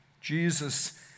Jesus